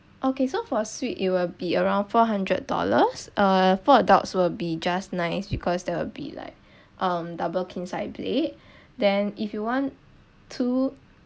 okay so for a suite it will be around four hundred dollars uh four adults will be just nice because there will be like um double king size bed then if you want two